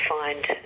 find